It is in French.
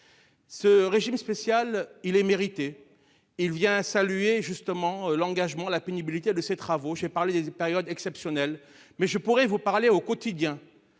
Ce régime spécial est mérité. Il vient saluer l'engagement et la pénibilité de ce travail. J'ai parlé des périodes exceptionnelles, mais je pourrais vous parler de